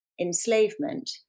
enslavement